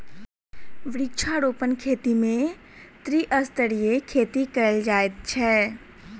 वृक्षारोपण खेती मे त्रिस्तरीय खेती कयल जाइत छै